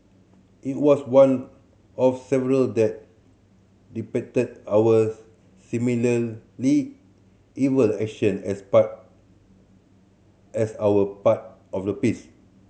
it was one of several that depicted our similarly evil action as part as our part of the piece